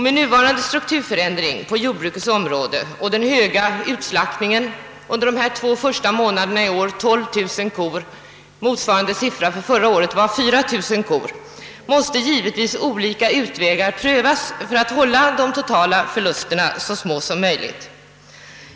Med nuvarande strukturförändring på jordbrukets område och med den höga utslaktningen, under årets första två månader 12 000 kor — motsvarande siffra förra året var 4000 —, måste givetvis olika utvägar prövas för att hålla de totala förlusterna så låga som möjligt.